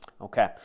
Okay